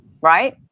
right